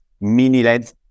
mini-LED